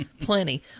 plenty